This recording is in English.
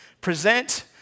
present